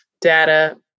data